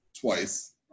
twice